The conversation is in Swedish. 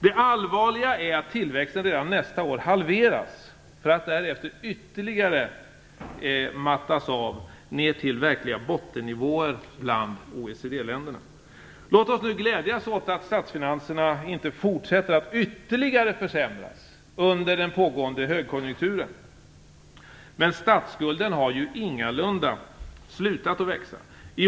Det allvarliga är att tillväxten redan nästa år halveras för att därefter ytterligare mattas av ner till verkliga bottennivåer bland OECD-länderna. Låt oss nu glädjas åt att statsfinanserna inte fortsätter att ytterligare försämras under den pågående högkonjunkturen. Men statsskulden har ingalunda slutat att växa.